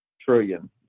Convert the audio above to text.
trillion